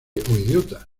idiota